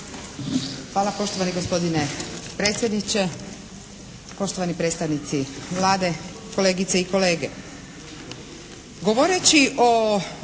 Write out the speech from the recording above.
Hvala poštovani gospodine predsjedniče, poštovani predstavnici Vlade, kolegice i kolege.